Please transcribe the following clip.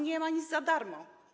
Nie ma nic za darmo.